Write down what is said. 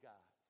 God